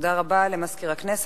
תודה רבה למזכיר הכנסת.